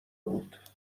بود